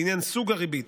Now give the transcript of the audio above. לעניין סוג הריבית,